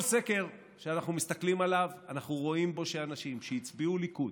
כל סקר שאנחנו מסתכלים עליו אנחנו רואים בו שאנשים שהצביעו ליכוד,